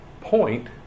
point